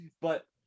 But-